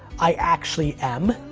i actually am.